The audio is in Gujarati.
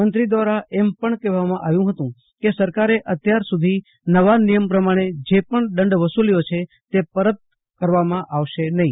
મંત્રી દ્વારા એમ પણ કહેવામાં આવ્યું હતું કે સરકારે અત્યાર સુધી નવા નિયમ પ્રમાણે જે પણ દંડ વસુલ્યો છે તે પરત કરવામાં આવશે નહીં